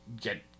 get